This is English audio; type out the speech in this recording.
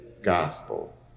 gospel